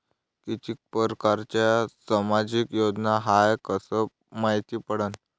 कितीक परकारच्या सामाजिक योजना हाय कस मायती पडन?